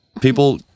People